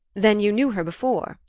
then you knew her before?